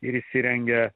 ir įsirengia